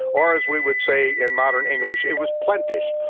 or as we would say in modern english, it was plentish,